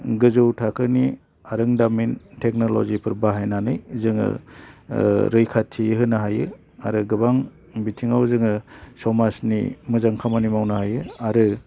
गोजौ थाखोनि आरोंदामिन टेक्न'ल'जि बाहायनानै जोङो रैखाथि होनो हायो आरो गोबां बिथिङाव जोङो समाजनि मोजां खामानि मावनो हायो आरो